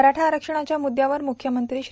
मराळ आरक्षणाच्या मुद्यावर मुळ्यमंत्री श्री